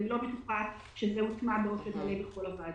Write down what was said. לא בטוחה שזה הוטמע באופן מלא בכל הוועדות.